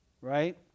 right